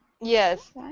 Yes